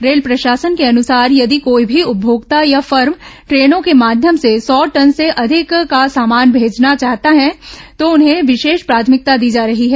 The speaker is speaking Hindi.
रेल प्रशासन के अनुसार यदि कोई भी उपभोक्ता या फर्म ट्रेनों के माध्यम से सौ टन से अधिक का सामान भेजना चाहते हैं तो उन्हें विशेष प्राथमिकता दी जा रही है